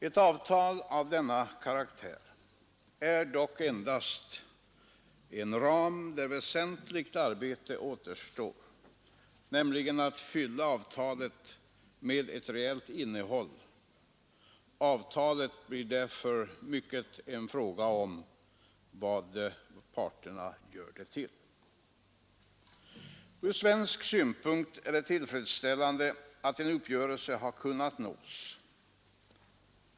Ett avtal av denna karaktär är dock endast en ram där väsentligt arbete återstår, nämligen att fylla avtalet med ett reellt innehåll. Avtalet blir därför mycket en fråga om vad parterna gör det till. Från svensk synpunkt är det tillfredsställande att en uppgörelse har kunnat nås.